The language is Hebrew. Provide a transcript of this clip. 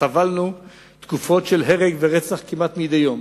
סבלנו תקופות של הרג ורצח כמעט מדי יום.